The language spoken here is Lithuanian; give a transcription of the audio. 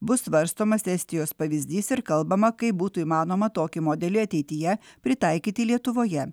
bus svarstomas estijos pavyzdys ir kalbama kaip būtų įmanoma tokį modelį ateityje pritaikyti lietuvoje